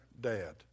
dad